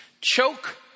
Choke